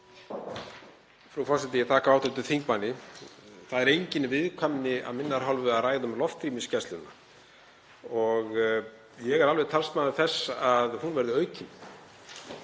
Frú forseti. Ég þakka hv. þingmanni. Það er engin viðkvæmni af minni hálfu að ræða um loftrýmisgæsluna. Ég er alveg talsmaður þess að hún verði aukin